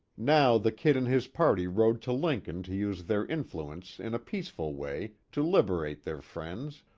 now the kid and his party rode to lincoln to use their influence in a peaceful way to liberate their friends,